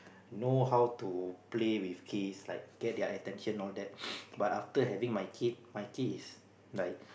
know how to play with kids like get their attention all that but after having my kid my kid is like